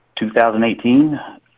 2018